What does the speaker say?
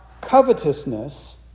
covetousness